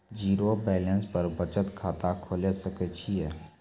Zero balance पर बचत खाता खोले सकय छियै?